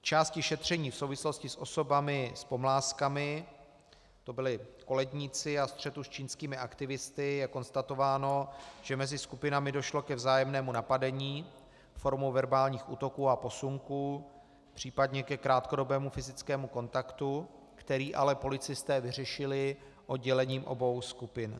V části šetření v souvislosti s osobami s pomlázkami to byli koledníci a střetu s čínskými aktivisty je konstatováno, že mezi skupinami došlo ke vzájemnému napadení formou verbálních útoků a posunků, případně ke krátkodobému fyzickému kontaktu, který ale policisté vyřešili oddělením obou skupin.